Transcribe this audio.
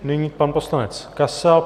Nyní pan poslanec Kasal.